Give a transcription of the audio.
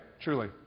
Truly